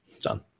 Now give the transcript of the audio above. done